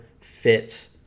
fit